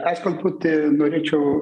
aš truputį norėčiau